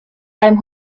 beim